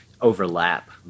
overlap